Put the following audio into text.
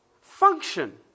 function